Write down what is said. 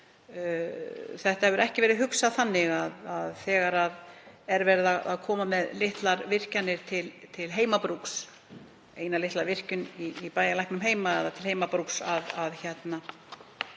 Þetta hefur ekki verið hugsað þannig þegar verið er að koma með litlar virkjanir til heimabrúks, eina litla virkjun í bæjarlæknum heima, að það þurfi að fara